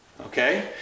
okay